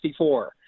1964